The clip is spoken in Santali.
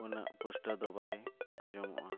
ᱩᱱᱟᱹᱜ ᱯᱩᱥᱴᱟᱹᱣ ᱫᱚ ᱵᱟᱭ ᱟᱸᱡᱚᱢᱚᱜᱼᱟ